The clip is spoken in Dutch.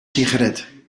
sigaret